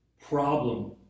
problem